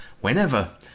whenever